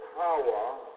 power